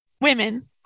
women